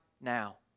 now